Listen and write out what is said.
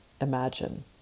imagine